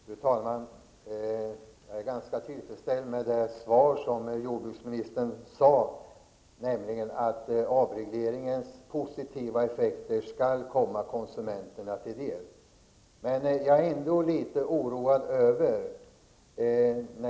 Fru talman! Jag är ganska tillfredsställd med det svar som jordbruksministern gav, nämligen att avregleringens positiva effekter skall komma konsumenterna till del. Men jag är ändå litet oroad.